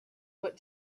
what